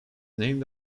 named